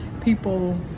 people